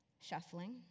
shuffling